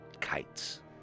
kites